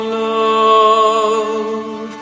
love